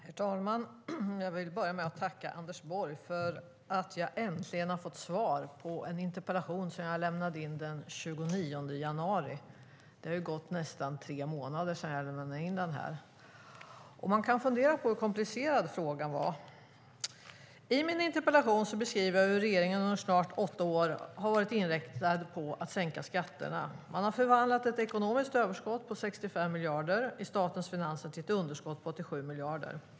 Herr talman! Jag vill börja med att tacka Anders Borg för att jag äntligen har fått svar på interpellationen som jag lämnade in den 29 januari. Det har gått nästan tre månader sedan jag lämnade in den, och man kan fundera på hur komplicerad frågan var. I min interpellation beskriver jag hur regeringen under snart åtta år har varit inriktad på att sänka skatterna. De har förvandlat ett ekonomiskt överskott på 65 miljarder i statens finanser till ett underskott på 87 miljarder.